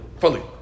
fully